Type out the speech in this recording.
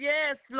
Yes